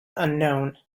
unknown